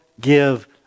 Give